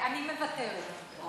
אני מוותרת.